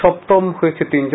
সপ্তম হয়েছে তিন জন